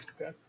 Okay